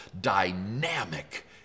dynamic